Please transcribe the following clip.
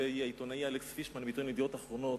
העיתונאי אלכס פישמן מעיתון "ידיעות אחרונות".